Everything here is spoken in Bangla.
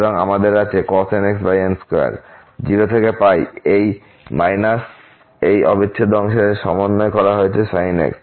সুতরাং আমাদের আছে cos nx n2 0 থেকে এবং এই এই অবিচ্ছেদ্য অংশের জন্য সমন্বয় করা হয়েছে sin nx